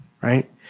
right